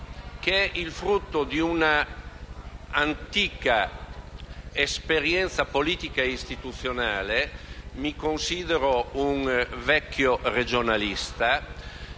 che è frutto di un'antica esperienza politica e istituzionale. Mi considero un vecchio regionalista